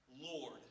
Lord